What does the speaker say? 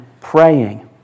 praying